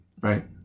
Right